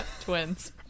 Twins